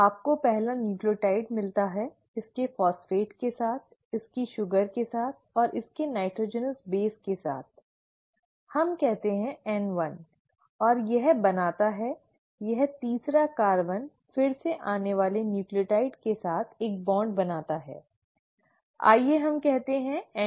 आपको पहला न्यूक्लियोटाइड मिलता है इसके फॉस्फेट के साथ इसकी शुगर के साथ और इसके नाइट्रोजनस बेस के साथ हम कहते हैं N1 और यह बनाता है यह तीसरा कार्बन फिर से आने वाले न्यूक्लियोटाइड के साथ एक बॉन्ड बनाता है आइए हम कहते हैं N2